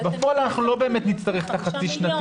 בפועל אנחנו לא באמת נצטרך את החצי שנתי,